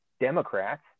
Democrats